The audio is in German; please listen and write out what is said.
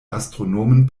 astronomen